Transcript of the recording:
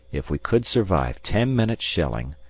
if we could survive ten minutes' shelling,